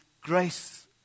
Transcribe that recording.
grace